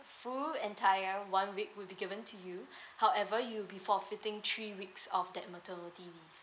full entire one week will be given to you however you'll be forfeiting three weeks of that maternity leave